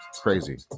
crazy